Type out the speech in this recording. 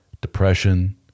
depression